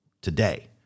today